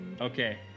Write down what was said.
Okay